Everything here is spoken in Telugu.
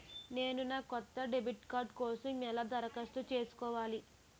నేను నా కొత్త డెబిట్ కార్డ్ కోసం ఎలా దరఖాస్తు చేసుకోవాలి?